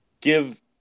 give